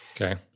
Okay